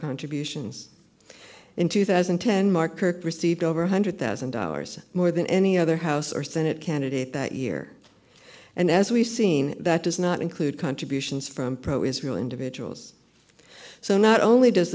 pac on tribulations in two thousand and ten mark kirk received over one hundred thousand dollars more than any other house or senate candidate that year and as we've seen that does not include contributions from pro israel individuals so not only does